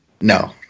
No